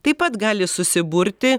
taip pat gali susiburti